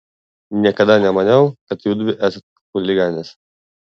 niekada nemaniau kad judvi esat chuliganės